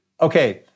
okay